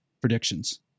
Predictions